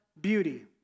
beauty